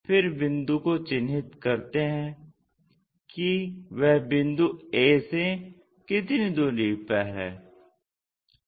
फिर बिंदु b को चिन्हित करते हैं कि वह बिंदु a से कितनी दूरी पर है